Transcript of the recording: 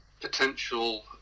potential